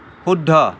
শুদ্ধ